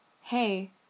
hey